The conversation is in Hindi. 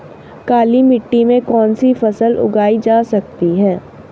काली मिट्टी में कौनसी फसल उगाई जा सकती है?